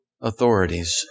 authorities